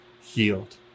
healed